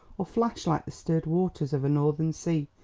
or flash like the stirred waters of a northern sea,